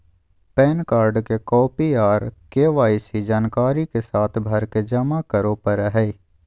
pan card के copy आर KYC जानकारी के साथ भरके जमा करो परय हय